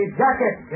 jacket